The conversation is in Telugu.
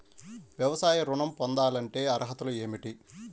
వ్యవసాయ ఋణం పొందాలంటే అర్హతలు ఏమిటి?